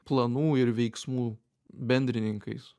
planų ir veiksmų bendrininkais